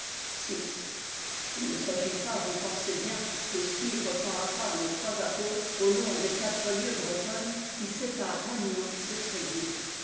il ne s'agit pas vous pensez bien de suivre pas à pas nos trois apôtres au long des quatre lieues bretonnes qui sépa rent lannion de tréguier